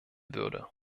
würde